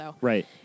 Right